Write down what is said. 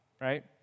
Right